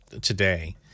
today